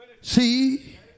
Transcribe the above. See